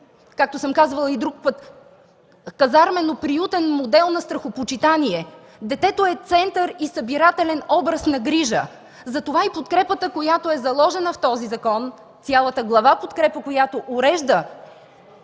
както съм казвала и друг път, казармено-приютен модел на страхопочитание. Детето е център и събирателен образ на грижа. Затова подкрепата, заложена в този закон с цялата глава „Подкрепа”, която урежда